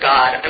God